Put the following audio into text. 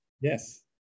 Yes